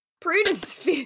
Prudence